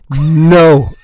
No